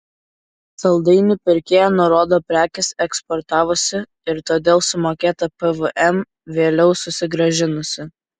saldainių pirkėja nurodo prekes eksportavusi ir todėl sumokėtą pvm vėliau susigrąžinusi